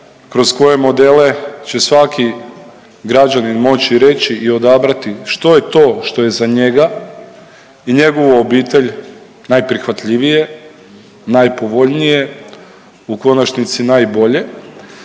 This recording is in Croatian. kroz koje modele će svaki građanin moći reći i odabrati što je to što je za njega i njegovu obitelj najprihvatljivije, najpovoljnije u konačnici najbolje,